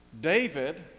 David